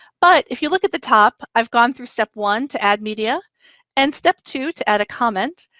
but if you look at the top, i've gone through step one to add media and step two to add a comment.